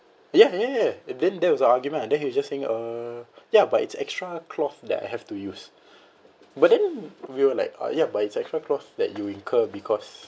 ya ya ya and then that was the argument ah then he was just saying uh ya but it's extra cloth that I have to use but then we were like ya but it's extra cloth that you incur because